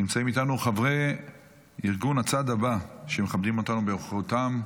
נמצאים איתנו חברי ארגון הצעד הבא ומכבדים אותנו בנוכחותם.